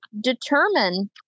determine